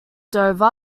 dover